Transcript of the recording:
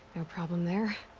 no problem there!